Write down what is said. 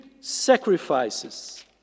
sacrifices